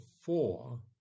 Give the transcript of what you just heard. four